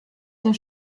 der